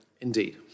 Indeed